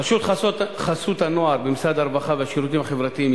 רשות חסות הנוער במשרד הרווחה והשירותים החברתיים